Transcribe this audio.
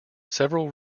several